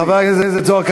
חבר הכנסת זוהר,